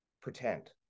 pretend